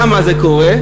למה זה קורה,